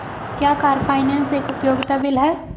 क्या car finance एक उपयोगिता बिल है?